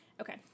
Okay